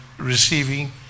receiving